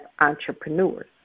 entrepreneurs